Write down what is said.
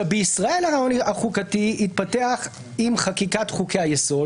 בישראל הרעיון החוקתי התפתח עם חקיקת חוקי היסוד,